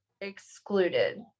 excluded